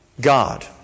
God